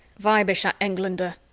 weibischer englander!